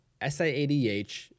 SIADH